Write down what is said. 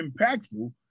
impactful